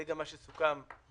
זה גם מה שסוכם בממשלה,